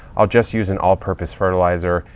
i'll just use an all purpose fertilizer,